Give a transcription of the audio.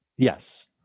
Yes